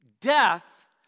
Death